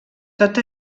tot